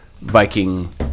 Viking